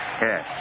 Yes